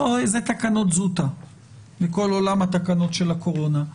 זה תקנות זוטא מכל עולם התקנות של הקורונה.